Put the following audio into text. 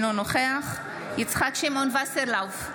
אינו נוכח יצחק שמעון וסרלאוף,